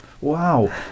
Wow